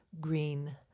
Green